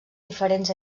diferents